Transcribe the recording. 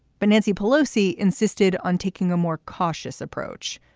but nancy pelosi insisted on taking a more cautious approach.